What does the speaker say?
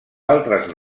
altres